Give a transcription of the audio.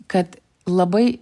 kad labai